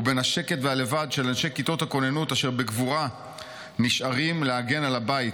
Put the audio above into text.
ובין השקט והלבד של אנשי כיתות הכוננות אשר בגבורה נשארים להגן על הבית.